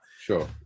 Sure